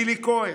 נילי כהן,